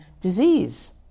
disease